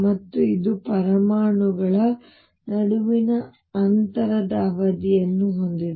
ಮತ್ತು ಇದು ಪರಮಾಣುಗಳ ನಡುವಿನ ಅಂತರದ ಅವಧಿಯನ್ನು ಹೊಂದಿದೆ